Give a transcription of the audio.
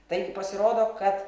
taigi pasirodo kad